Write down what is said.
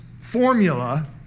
formula